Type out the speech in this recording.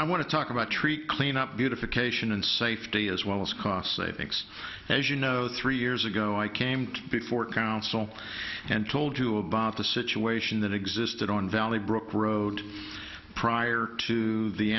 i want to talk about tree cleanup beautification and safety as well as cost savings as you know three years ago i came to before council and told you about the situation that existed on valley brook road prior to the